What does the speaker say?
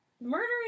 Murdering